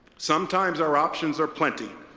sometimes our options are plenty.